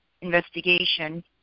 investigation